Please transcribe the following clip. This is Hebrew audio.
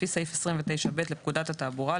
לפי סעיף 29(ב) לפקודת התעבורה,